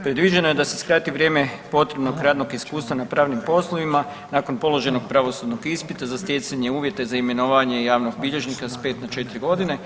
Predviđeno je da se skrati vrijeme potrebnog radnog iskustva na pravnim poslovima nakon položenog pravosudnog ispita za stjecanje uvjeta za imenovanje javnog bilježnika s 5 na 4.g.